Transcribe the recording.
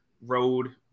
road